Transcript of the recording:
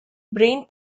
brain